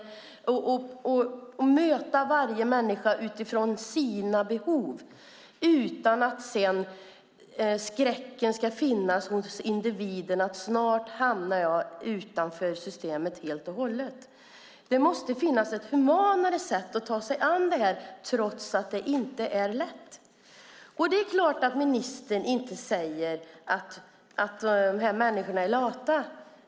Det handlar om att möta varje människa utifrån den människans behov, utan att individen ska känna skräck för att snart hamna utanför systemet helt och hållet. Det måste finnas ett humanare sätt att ta sig an detta, trots att det inte är lätt. Det är klart att ministern inte säger att de här människorna är lata.